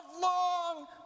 long